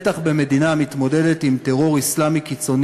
בטח במדינה המתמודדת עם טרור אסלאמי קיצוני